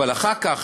אבל אחר כך,